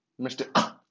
Mr